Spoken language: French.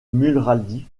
mulrady